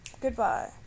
Goodbye